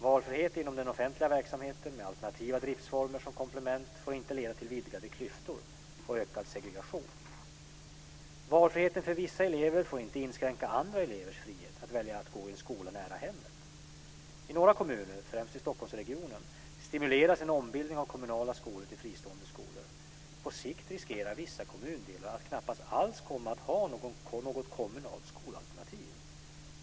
Valfrihet inom den offentliga verksamheten med alternativa driftsformer som komplement får inte leda till vidgade klyftor och ökad segregation. Valfriheten för vissa elever får inte inskränka andra elevers frihet att välja att gå i en skola nära hemmet. I några kommuner, främst i Stockholmsregionen, stimuleras en ombildning av kommunala skolor till fristående skolor. På sikt riskerar vissa kommundelar att knappast alls komma att ha något kommunalt skolalternativ.